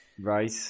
Right